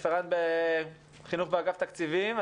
רפרנט חינוך באגף תקציבים.